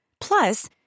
Plus